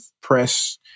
press